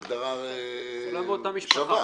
לא.